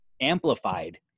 amplified